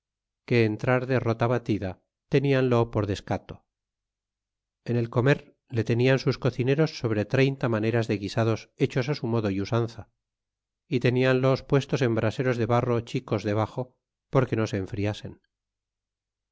que entrar de rota batida teninio por descato en el comer le tenian sus cocineros sobre treinta maneras de guisados hechos su modo y usanza y teníanlos puestos en braseros de barro chicos debaxo porque no se enfriasen